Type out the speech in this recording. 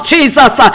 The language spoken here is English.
Jesus